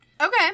Okay